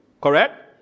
Correct